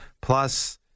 plus